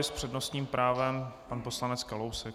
S přednostním právem pan poslanec Kalousek.